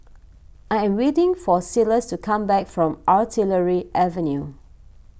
I am waiting for Silas to come back from Artillery Avenue